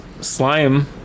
slime